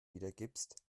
wiedergibst